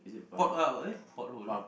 port uh eh port hole